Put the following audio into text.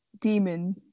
demon